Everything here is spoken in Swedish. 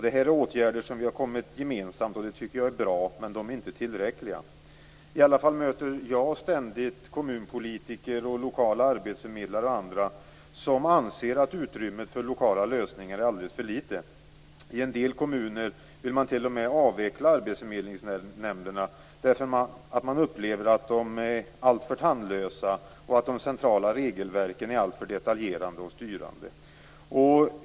Det är åtgärder som vi gemensamt kommit överens om. De är bra, men inte tillräckliga. I alla fall jag möter ständigt kommunpolitiker och lokala arbetsförmedlare m.fl. som anser att utrymmet för lokala lösningar är alldeles för litet. I en del kommuner vill man t.o.m. avveckla arbetsförmedlingsnämnderna eftersom man upplever att de är alltför tandlösa och att de centrala regelverken är alltför detaljerade och styrande.